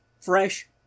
fresh